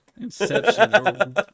Inception